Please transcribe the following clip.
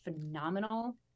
phenomenal